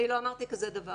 אני לא אמרתי כזה דבר.